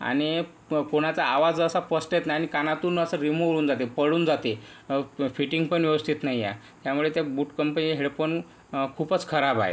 आणि कोणाचा आवाज असा स्पष्ट येत नाही आणि कानातून असं रिमूव्ह होऊन जाते पडून जाते फिटिंग पण व्यवस्थित नाही आहे त्यामुळे त्या बूट कंपनी हेडफोन खूपच खराब आहेत